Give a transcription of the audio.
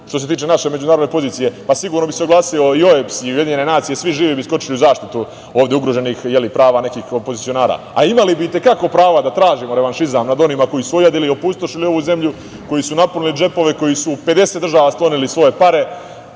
što se tiče naše međunarodne pozicije. Pa sigurno bi se oglasio i OEBS i UN i svi živi bi skočili u zaštitu ovde ugroženih prava nekih opozicionara. A, imali bi itekako prava da tražimo revanšizam nad onima koji su ojadili i opustošili ovu zemlju, koji su napunili džepove, koji su u 50 država sklonili svoje pare,